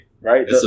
Right